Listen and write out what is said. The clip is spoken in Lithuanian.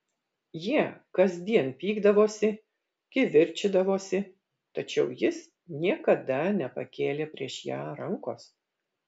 jie kasdien pykdavosi kivirčydavosi tačiau jis niekada nepakėlė prieš ją rankos